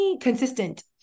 consistent